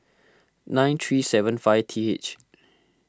nine three seven five T H